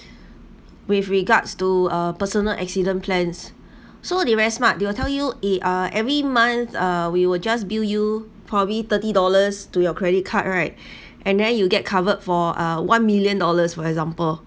with regards to a personal accident plans so they very smart they will tell you eh ah every month uh we will just bill you probably thirty dollars to your credit card right and then you get covered for uh one million dollars for example